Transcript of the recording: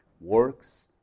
works